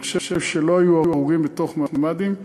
אני חושב שלא היו הרוגים בתוך ממ"דים.